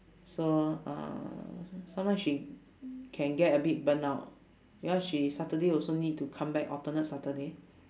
so uh sometime she can get a bit burn out because she saturday also need to come back alternate saturday